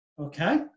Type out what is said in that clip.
okay